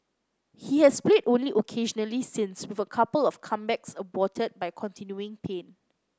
he has played only occasionally since with a couple of comebacks aborted by continuing pain